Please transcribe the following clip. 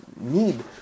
need